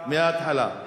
מההתחלה.